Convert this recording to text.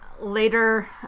Later